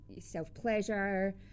self-pleasure